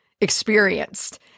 experienced